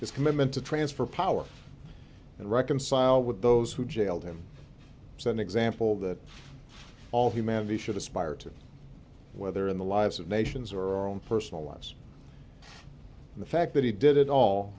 his commitment to transfer power and reconcile with those who jailed him send example that all humanity should aspire to whether in the lives of nations or own personal lives the fact that he did it all